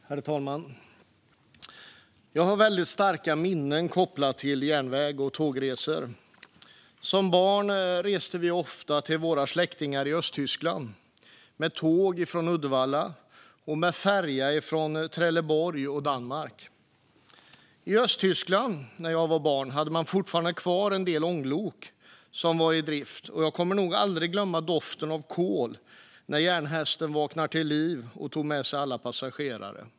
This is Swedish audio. Herr talman! Jag har väldigt starka minnen kopplat till järnväg och tågresor. När jag var barn reste vi ofta till våra släktingar i Östtyskland med tåg från Uddevalla och färja från Trelleborg och Danmark. I Östtyskland hade man på den tiden fortfarande kvar en del ånglok i drift. Jag kommer nog aldrig att glömma doften av kol när järnhästen vaknade till liv och tog med sig alla passagerare.